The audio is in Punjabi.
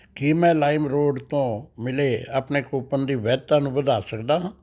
ਕੀ ਮੈਂ ਲਾਈਮਰੋਡ ਤੋਂ ਮਿਲੇ ਆਪਣੇ ਕੂਪਨ ਦੀ ਵੈਧਤਾ ਨੂੰ ਵਧਾ ਸਕਦਾ ਹਾਂ